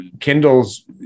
Kindle's